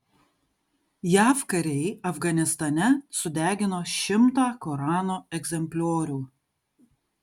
jav kariai afganistane sudegino šimtą korano egzempliorių